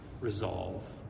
resolve